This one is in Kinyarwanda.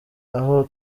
aho